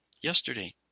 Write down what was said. yesterday